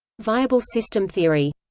viable system theory